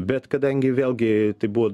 bet kadangi vėlgi tai buvo